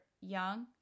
young